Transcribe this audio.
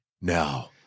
Now